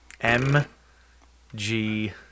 M-G